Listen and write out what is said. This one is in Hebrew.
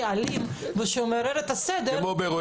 ואלים שמערער את הסדר --- כמו באירוע ספורט,